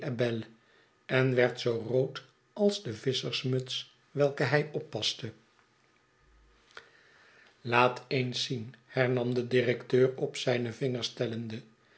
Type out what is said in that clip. en werd zoo rood als de visschersmuts welke hij oppaste laat eens zien hernam de directeur op zijne vingers tellende